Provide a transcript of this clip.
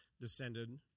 descended